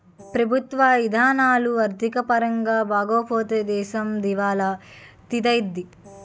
ప్రభుత్వ ఇధానాలు ఆర్థిక పరంగా బాగోపోతే దేశం దివాలా తీత్తాది